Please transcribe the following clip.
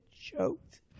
choked